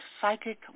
psychic